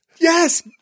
Yes